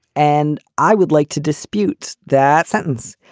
and i would like to dispute that sentence.